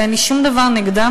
ואין לי שום דבר נגדם.